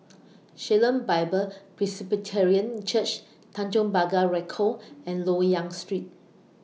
Shalom Bible Presbyterian Church Tanjong Pagar Ricoh and Loyang Street